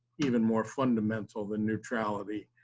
even more fundamental than neutrality,